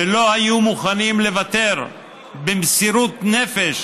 ולא היו מוכנים לוותר; במסירות נפש